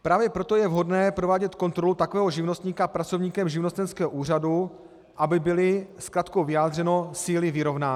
Právě proto je vhodné provádět kontrolu takového živnostníka pracovníkem živnostenského úřadu, aby byly zkratkou vyjádřeno síly vyrovnány.